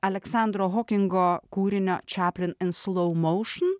aleksandro hokingo kūrinio chaplin in slow motion